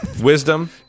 wisdom